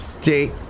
date